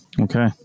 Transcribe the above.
Okay